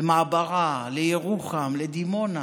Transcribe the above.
למעברה, לירוחם, לדימונה.